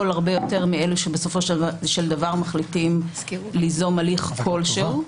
הרבה יותר מאלה שמחליטים ליזום הליך כלשהו.